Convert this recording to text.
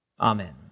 Amen